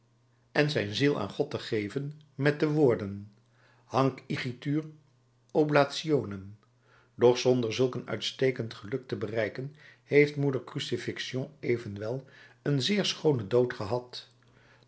en zijn ziel aan god te geven met de woorden hanc igitur oblationem doch zonder zulk een uitstekend geluk te bereiken heeft moeder crucifixion evenwel een zeer schoonen dood gehad